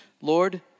Lord